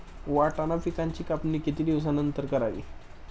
वाटाणा पिकांची कापणी किती दिवसानंतर करावी?